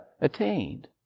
attained